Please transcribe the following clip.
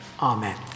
Amen